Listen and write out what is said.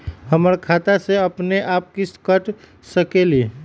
हमर खाता से अपनेआप किस्त काट सकेली?